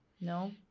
no